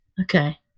Okay